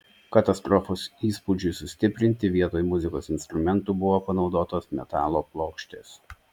katastrofos įspūdžiui sustiprinti vietoj muzikos instrumentų buvo panaudotos metalo plokštės